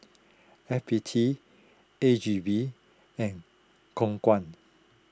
F B T A G V and Khong Guan